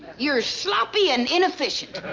you're sloppy and inefficient.